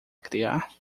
criar